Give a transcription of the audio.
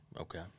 Okay